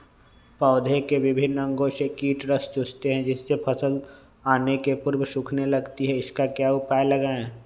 पौधे के विभिन्न अंगों से कीट रस चूसते हैं जिससे फसल फूल आने के पूर्व सूखने लगती है इसका क्या उपाय लगाएं?